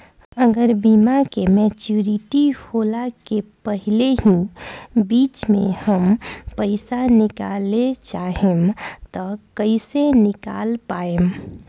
अगर बीमा के मेचूरिटि होला के पहिले ही बीच मे हम पईसा निकाले चाहेम त कइसे निकाल पायेम?